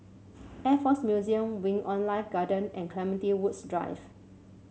Air Force Museum Wing On Life Garden and Clementi Woods Drive